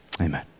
amen